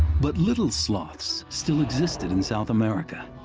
but little sloths still existed in south america,